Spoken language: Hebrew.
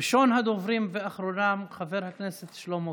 ראשון הדוברים ואחרונם, חבר הכנסת שלמה קרעי.